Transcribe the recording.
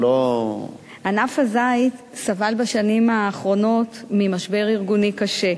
ענף הזית סבל בשנים האחרונות ממשבר ארגוני קשה,